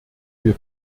wir